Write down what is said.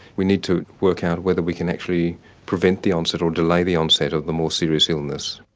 we need to work out whether we can actually prevent the onset or delay the onset of the more serious illness.